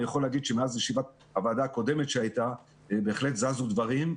אני יכול לומר שמאז ישיבת הוועדה הקודמת בהחלט זזו דברים.